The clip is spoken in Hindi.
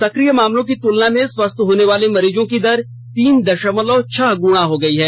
सक्रिय मामलों की तुलना में स्वास्थ होने वाले मरीजों की दर तीन दशमलव छह गुणा हो गई है